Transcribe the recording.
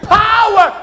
power